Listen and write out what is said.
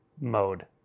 mode